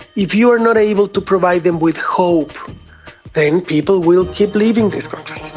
if you are not able to provide them with hope then people will keep leaving these countries.